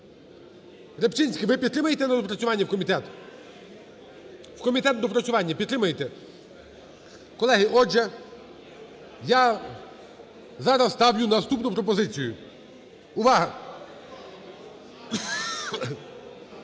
Рибчинський, ви підтримаєте на доопрацювання у комітет? У комітет на доопрацювання підтримаєте? Колеги, отже, я зараз ставлю наступну пропозицію. Увага!